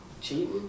Cheating